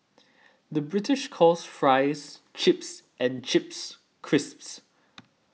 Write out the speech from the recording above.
the British calls Fries Chips and Chips Crisps